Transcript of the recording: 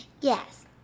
Yes